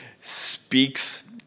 speaks